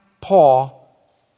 Paul